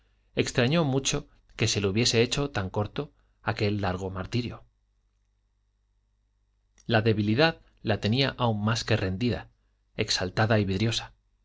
extrañó mucho que se le hubiese hecho tan corto aquel largo martirio la debilidad la tenía aún más que rendida exaltada y vidriosa